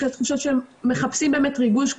אחרי תחושה שמחפשים באמת ריגוש,